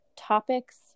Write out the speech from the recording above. topics